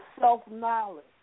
self-knowledge